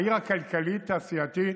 העיר הכלכלית התעשייתית